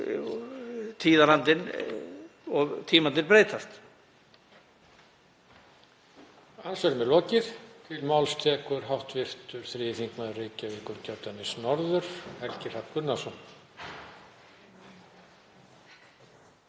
tíðarandinn og tímarnir breytast.